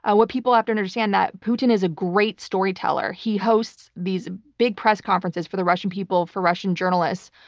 ah what people have to understand is that putin is a great storyteller. he hosts these big press conferences for the russian people, for russian journalists,